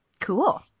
Cool